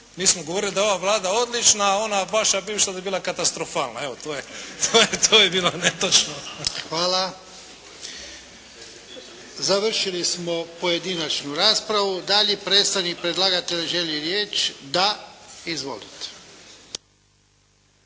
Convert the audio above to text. Mi smo govorili da je ova Vlada odlična a ona vaša bivša da je bila katastrofalna. Eto, to je bilo netočno. **Jarnjak, Ivan (HDZ)** Hvala. Završili smo pojedinačnu raspravu. Da li predstavnik predlagatelja želi riječ? Da. Izvolite.